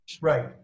Right